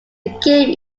game